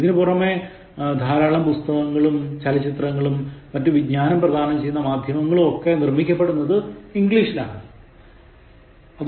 ഇതിനു പുറമേ ധാരാളം പുസ്തകങ്ങളും ചലച്ചിത്രങ്ങളും മറ്റ് വിജ്ഞാനം പ്രദാനം ചെയ്യുന്ന മാധ്യമങ്ങളും ഒക്കെ നിർമ്മിക്കപ്പെടുന്നത് ഇംഗ്ലീഷിൽ ആണ്